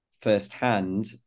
firsthand